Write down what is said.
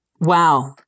Wow